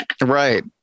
right